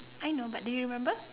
I know but do you remember